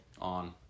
on